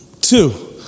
Two